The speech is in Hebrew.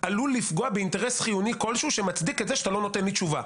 עלול לפגוע באינטרס חיוני כלשהו שמצדיק את זה שאתה לא נותן לי תשובה.